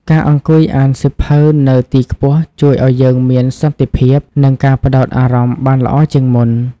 ការអង្គុយអានសៀវភៅនៅទីខ្ពស់ ជួយឱ្យយើងមានសន្តិភាព និងការផ្តោតអារម្មណ៍បានល្អជាងមុន។